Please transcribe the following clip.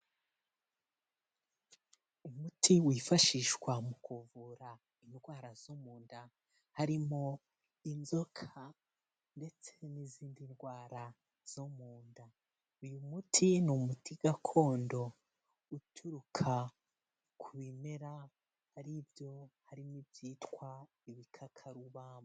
Umuti wifashishwa mu kuvura indwara zo mu nda harimo inzoka ndetse n'izindi ndwara zo munda, uyu muti ni umuti gakondo uturuka ku bimera ari byo harimo ibyitwa ibikakarubamba.